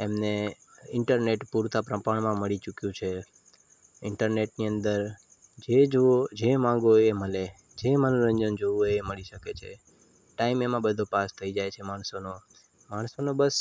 એમને ઇન્ટરનેટ પૂરતા પ્રમાણમાં મળી ચૂક્યું છે ઈન્ટરનેટની અંદર જે જુઓ જે માગો એ મળે જે મનોરંજન જોવું હોય એ મળી શકે છે ટાઈમ એમાં બધો પાસ થઇ જાય છે માણસોનો માણસોનો બસ